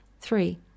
Three